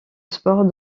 sport